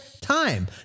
time